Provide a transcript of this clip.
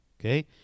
okay